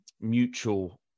mutual